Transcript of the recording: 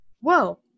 Whoa